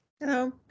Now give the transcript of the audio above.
Hello